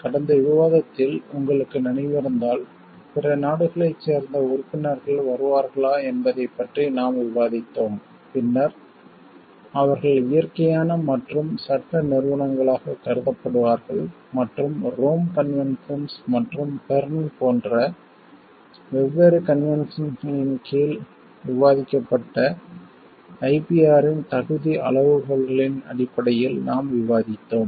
கடந்த விவாதத்தில் உங்களுக்கு நினைவிருந்தால் பிற நாடுகளைச் சேர்ந்த உறுப்பினர்கள் வருவார்களா என்பதைப் பற்றி நாம் விவாதித்தோம் பின்னர் அவர்கள் இயற்கையான மற்றும் சட்ட நிறுவனங்களாகக் கருதப்படுவார்கள் மற்றும் ரோம் கன்வென்ஷன்ஸ் மற்றும் பெர்ன் போன்ற வெவ்வேறு கன்வென்ஷன்களின் கீழ் விவாதிக்கப்பட்ட IPR இன் தகுதி அளவுகோல்களின் அடிப்படையில் நாம் விவாதித்தோம்